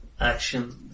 Action